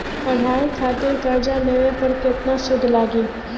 पढ़ाई खातिर कर्जा लेवे पर केतना सूद लागी?